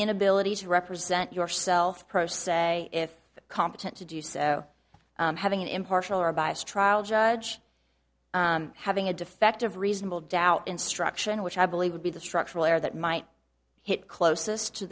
inability to represent yourself pro se if competent to do so having an impartial or biased trial judge having a defective reasonable doubt instruction which i believe would be the structural error that might hit closest to